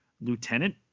lieutenant